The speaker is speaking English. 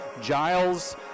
Giles